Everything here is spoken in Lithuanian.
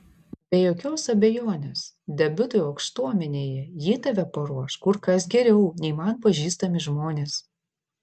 be jokios abejonės debiutui aukštuomenėje ji tave paruoš kur kas geriau nei man pažįstami žmonės